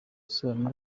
isano